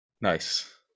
Nice